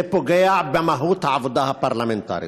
זה פוגע במהות העבודה הפרלמנטרית.